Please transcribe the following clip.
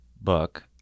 book